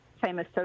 famous